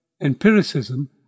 empiricism